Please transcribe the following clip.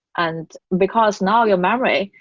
and because now your memory,